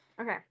Okay